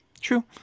true